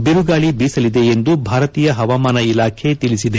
ಬಿರುಗಾಳಿ ಬೀಸಲಿದೆ ಎಂದು ಭಾರತೀಯ ಹವಾಮಾನ ಇಲಾಖೆ ತಿಳಿಸಿದೆ